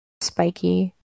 spiky